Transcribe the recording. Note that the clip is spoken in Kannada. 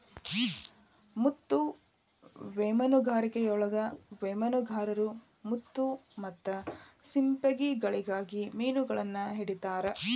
ಮುತ್ತು ಮೇನುಗಾರಿಕೆಯೊಳಗ ಮೇನುಗಾರರು ಮುತ್ತು ಮತ್ತ ಸಿಂಪಿಗಳಿಗಾಗಿ ಮಿನುಗಳನ್ನ ಹಿಡಿತಾರ